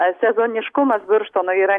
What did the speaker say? sezoniškumas birštono yra